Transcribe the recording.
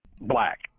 black